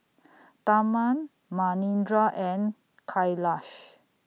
Tharman Manindra and Kailash